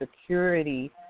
security